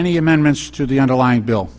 any amendments to the underlying bill